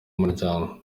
umuryango